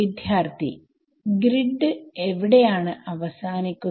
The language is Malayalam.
വിദ്യാർത്ഥി ഗ്രിഡ് എവിടെയാണ് അവസാനിക്കുന്നത്